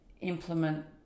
implement